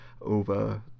over